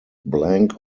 blank